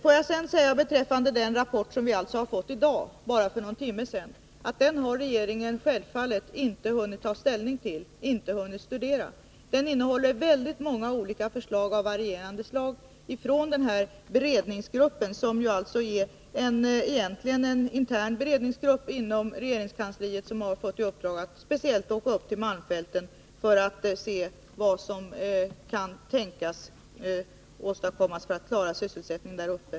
Tisdagen den Beträffande den rapport som vi har fått i dag, för bara någon timme sedan, 30 november 1982 vill jag säga att regeringen självfallet inte har hunnit studera den eller ta ställning till den. Den innehåller väldigt många förslag av varierande slag från den beredningsgrupp som egentligen är en intern beredningsgrupp inom regeringskansliet, vilken har fått i uppdrag att speciellt åka upp till malmfälten för att se vad som kan åstadkommas för att klara sysselsättningen där.